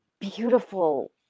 beautiful